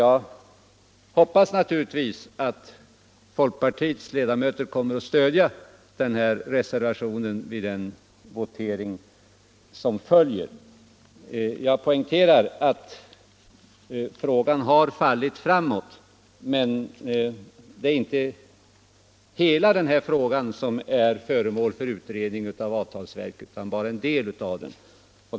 Jag hoppas naturligtvis att folkpartiets ledamöter kommer att stödja denna reservation vid den votering som följer. Jag poängterar att frågan har fallit framåt. Men hela detta ärende är inte föremål för utredning inom avtalsverket utan bara en del.